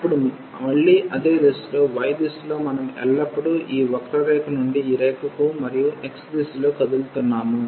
ఇప్పుడు మళ్లీ అదే దిశలో y దిశలో మనం ఎల్లప్పుడూ ఈ వక్రరేఖ నుండి ఈ రేఖకు మరియు x దిశలో కదులుతున్నాము